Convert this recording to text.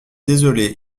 désolé